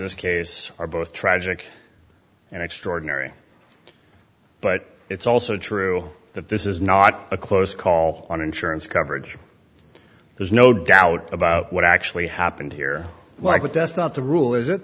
this case are both tragic and extraordinary but it's also true that this is not a close call on insurance coverage there's no doubt about what actually happened here why but that's not the rule is it